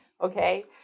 Okay